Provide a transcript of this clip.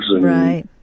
Right